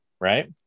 Right